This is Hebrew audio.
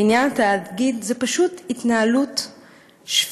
בימים האלה, בעניין התאגיד, זו פשוט התנהלות שפלה,